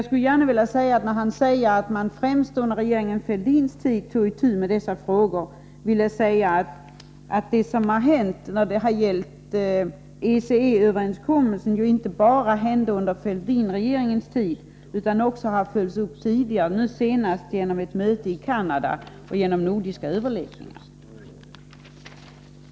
Lennart Brunander påstod att det var främst under regeringen Fälldins tid som man tog itu med dessa frågor. Men det som skedde beträffande ECE-överenskommelsen hände ju inte bara under Fälldinregeringens tid. Detta arbete har följts upp, senast på ett möte i Canada och genom nordiska överläggningar.